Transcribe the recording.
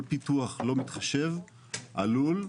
כל פיתוח לא מתחשב - עלול,